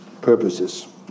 purposes